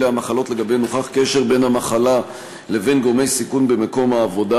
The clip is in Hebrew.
אלה המחלות שלגביהן הוכח קשר בין המחלה לבין גורמי סיכון במקום העבודה.